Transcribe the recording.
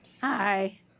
hi